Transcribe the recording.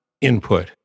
input